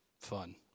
fun